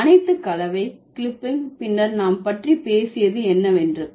இந்த அனைத்து கலவை கிளிப்பிங் பின்னர் நாம் பற்றி பேசி என்று